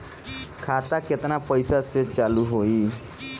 खाता केतना पैसा से चालु होई?